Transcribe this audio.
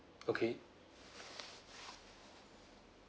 okay